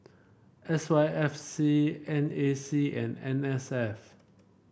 S Y F C N A C and N S F